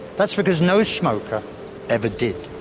that's because no smoker ever did.